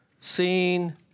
Seen